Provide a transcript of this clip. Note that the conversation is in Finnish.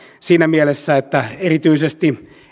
siinä mielessä että erityisesti